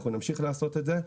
אנחנו נמשיך לעשות את זה.